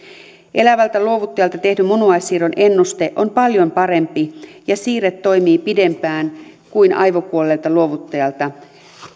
elävältä luovuttajalta tehdyn munuaissiirron ennuste on paljon parempi ja siirre toimii pidempään kuin aivokuolleelta luovuttajalta